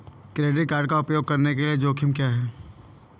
Credit card का उपयोग करने के जोखिम क्या हैं?